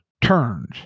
turns